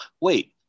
Wait